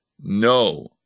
no